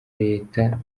leta